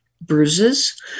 bruises